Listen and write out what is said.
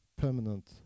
permanent